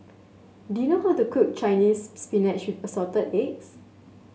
do you know how to cook Chinese Spinach Assorted Eggs